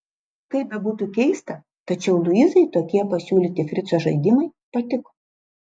kaip bebūtų keista tačiau luizai tokie pasiūlyti frico žaidimai patiko